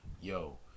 yo